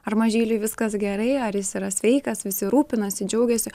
ar mažyliui viskas gerai ar jis yra sveikas visi rūpinasi džiaugiasi